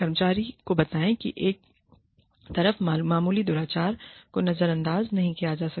कर्मचारी को बताएं कि एक तरफ मामूली दुराचारको नजर अंदाज नहीं किया जाएगा